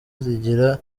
zigira